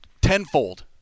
tenfold